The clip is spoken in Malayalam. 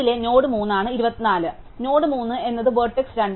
അതിനാൽ നോഡ് 3 എന്നത് വെർട്ടെക്സ് 2